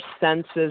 senses